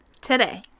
today